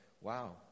wow